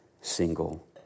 single